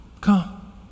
come